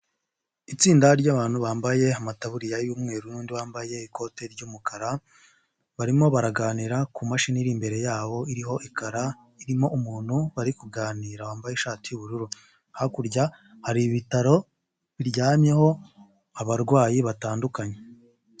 Itsinda ry'abantu bambaye amataburiya y'umweru n'undi wambaye ikoti ry'umukara, barimo baraganira kumashini iri imbere yabo iriho ekara irimo umuntu bari kuganira wambaye ishati y'ubururu, hakurya hari ibitaro biryamyeho abarwayi batandukanye.